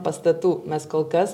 pastatų mes kol kas